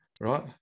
right